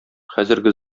хәзерге